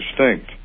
distinct